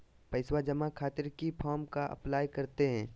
पैसा जमा खातिर किस फॉर्म का अप्लाई करते हैं?